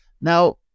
Now